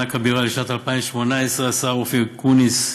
מענק הבירה לשנת 2018. השר אופיר אקוניס,